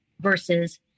versus